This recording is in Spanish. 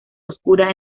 oscura